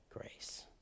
grace